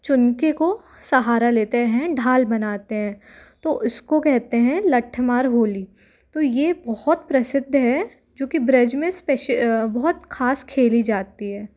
चुनके को सहारा लेते हैं ढाल बनाते है तो उसको कहते हैं लठमार होली तो ये बहुत प्रसिद्ध है जोकि ब्रज मे बहोत खास खेली जाती है